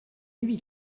lui